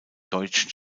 deutschen